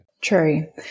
True